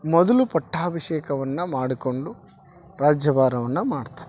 ಮೊದಲು ಪಟ್ಟಾಭಿಷೇಕವನ್ನ ಮಾಡಿಕೊಂಡು ರಾಜ್ಯಬಾರವನ್ನ ಮಾಡ್ತಾರೆ